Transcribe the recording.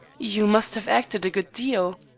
you must have acted a good deal?